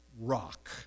rock